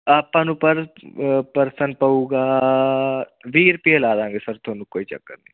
ਆਪਾਂ ਨੂੰ per person ਪਊਗਾ ਵੀਹ ਰੁਪਏ ਲਾਦਾਂਗੇ ਸਰ ਤੁਹਾਨੂੰ ਕੋਈ ਚੱਕਰ ਨਹੀਂ